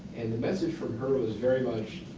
and the message from her was very much,